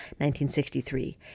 1963